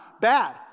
Bad